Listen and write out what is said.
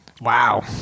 Wow